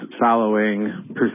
following